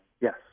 Yes